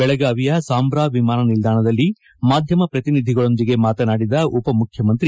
ಬೆಳಗಾವಿಯ ಸಾಂಬ್ರಾ ವಿಮಾನ ನಿಲ್ದಾಣದಲ್ಲಿ ಮಾಧ್ಯಮ ಪ್ರತಿನಿಧಿಗಳೊಂದಿಗೆ ಮಾತನಾಡಿದ ಉಪ ಮುಖ್ಯಮಂತ್ರಿ